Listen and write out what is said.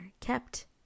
kept